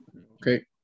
Okay